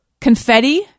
confetti